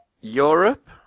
Europe